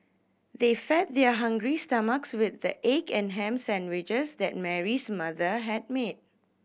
they fed their hungry stomachs with the egg and ham sandwiches that Mary's mother had made